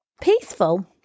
peaceful